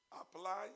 apply